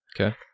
Okay